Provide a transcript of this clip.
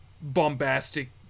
bombastic